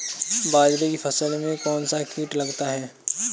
बाजरे की फसल में कौन सा कीट लगता है?